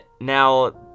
now